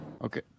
Okay